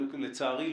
לצערי,